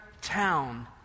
town